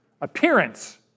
appearance